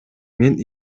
мен